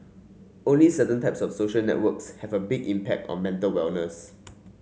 only certain types of social networks have a big impact on mental wellness